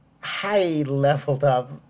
high-leveled-up